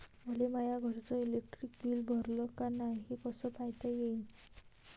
मले माया घरचं इलेक्ट्रिक बिल भरलं का नाय, हे कस पायता येईन?